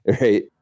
right